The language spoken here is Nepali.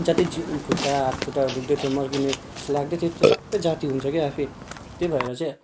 जति जिउ खुट्टा हातखुट्टा दुख्दैथ्यो मर्किने लाग्दैथ्यो त्यो सबै जाती हुन्छ क्या आफै त्यही भएर चाहिँ